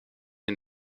een